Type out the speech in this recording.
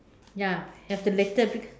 ya have to later a bit